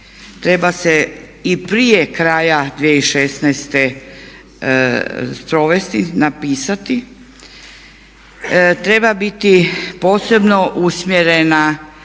treba se i prije kraja 2016. sprovesti, napisati, treba biti posebno usmjerena